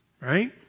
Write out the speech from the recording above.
Right